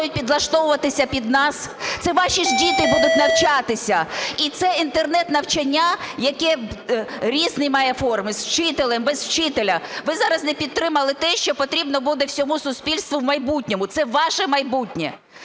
підлаштовуватися під нас? Це ваші ж діти будуть навчатися. І це інтернет-навчання, яке різні має форми: з вчителем, без вчителя. Ви зараз не підтримали те, що потрібно буде всьому суспільству в майбутньому, це ваше майбутнє.